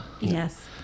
yes